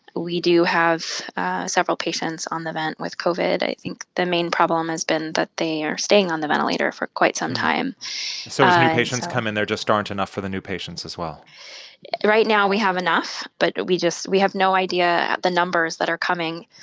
we do have several patients on the vent with covid. i think the main problem has been that they are staying on the ventilator for quite some time so as new patients come in, there just aren't enough for the new patients as well right now, we have enough, but we just we have no idea the numbers that are coming.